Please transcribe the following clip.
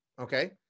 Okay